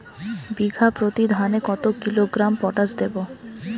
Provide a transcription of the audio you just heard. বিঘাপ্রতি ধানে কত কিলোগ্রাম পটাশ দেবো?